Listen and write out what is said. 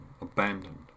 abandoned